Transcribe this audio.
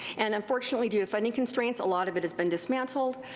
and unfortunately due to funding constraints a lot of it has been dismantled,